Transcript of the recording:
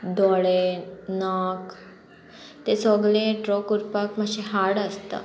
दोळे नाक ते सोगले ड्रॉ कोरपाक मातशें हार्ड आसता